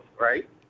right